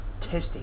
testing